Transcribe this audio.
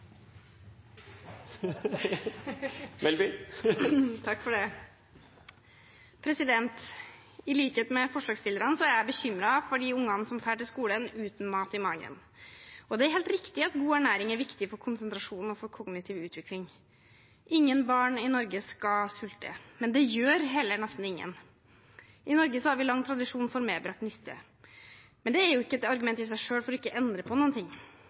helt riktig at god ernæring er viktig for konsentrasjon og for kognitiv utvikling. Ingen barn i Norge skal sulte, men det gjør heller nesten ingen. I Norge har vi lang tradisjon for medbrakt niste, men det er jo ikke et argument i seg selv for ikke å endre på noe. Jeg har besøkt flere skoler og barnehager som har funnet gode, egne løsninger for å sikre barna og elevene et sunt måltid i løpet av dagen. Noen